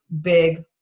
big